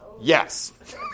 Yes